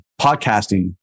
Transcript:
podcasting